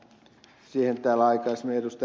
siihen täällä aikaisemmin ed